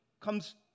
comes